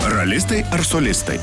ralistai ar solistai